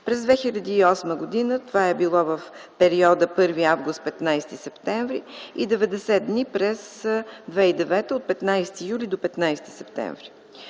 През 2008 г. това е било в периода 1 август – 15 септември и 90 дни през 2009 г. – от 15 юли до 15 септември.